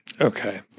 Okay